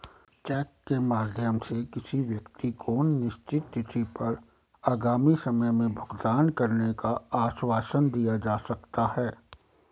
check के माध्यम से किसी व्यक्ति को निश्चित तिथि पर आगामी समय में भुगतान करने का आश्वासन दिया जा सकता है